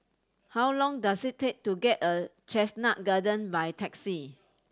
how long does it take to get a Chestnut Garden by taxi